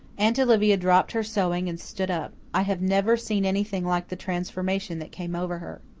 aunt olivia dropped her sewing and stood up. i have never seen anything like the transformation that came over her.